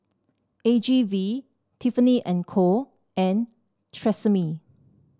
A G V Tiffany And Co and Tresemme